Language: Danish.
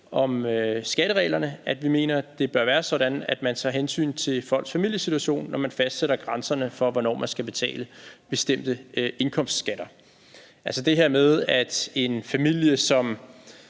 om skattereglerne. Vi mener, at det bør være sådan, at man tager hensyn til folks familiesituation, når man fastsætter grænserne for, hvornår man skal betale bestemte indkomstskatter, altså det her med, at en familie, som